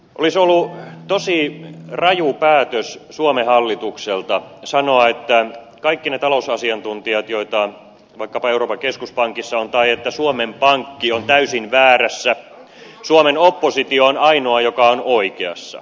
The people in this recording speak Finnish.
olisi ollut tosi raju päätös suomen hallitukselta sanoa että kaikki ne talousasiantuntijat joita vaikkapa euroopan keskuspankissa on ovat väärässä tai että suomen pankki on täysin väärässä ja suomen oppositio on ainoa joka on oikeassa